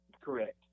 correct